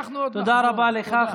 תודה רבה לך.